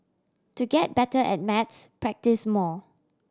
to get better at maths practise more